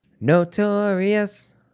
Notorious